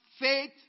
faith